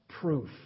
proof